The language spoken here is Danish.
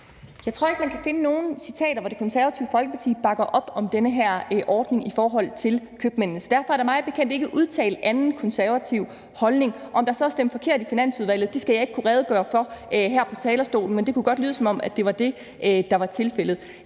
Jeg tror ikke, man kan finde nogen citater, hvor Det Konservative Folkeparti bakker op om den her ordning i forhold til købmændene, så derfor er der mig bekendt ikke udtalt anden konservativ holdning. Om der så er stemt forkert i Finansudvalget, skal jeg ikke kunne redegøre for her på talerstolen, men det kunne godt lyde, som om det var det, der var tilfældet.